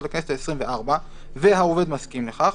לכנסת העשרים וארבע והעובד מסכים לכך,